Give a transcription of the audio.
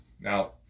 Now